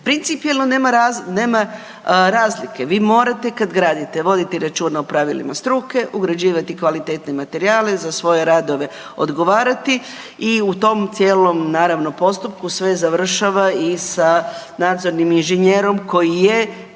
Principijelno nema razlike, vi morate kad gradite voditi računa o pravilima struke, ugrađivati kvalitetne materijale, za svoje radove odgovarati i u tom cijelom naravno, postupku, sve završava i sad nadzornim inženjerom koji je